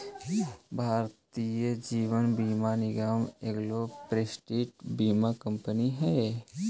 भारतीय जीवन बीमा निगम एगो प्रतिष्ठित बीमा कंपनी हई